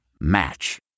Match